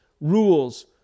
rules